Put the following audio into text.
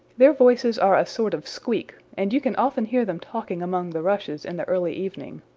their voices are a sort of squeak, and you can often hear them talking among the rushes in the early evening.